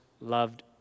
loved